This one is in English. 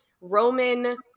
Roman